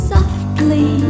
Softly